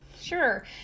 Sure